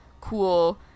cool